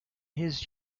his